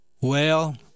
Well